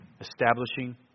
Establishing